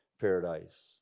paradise